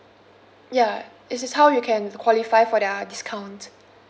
ya it is how you can qualify for their discount